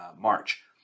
March